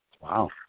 Wow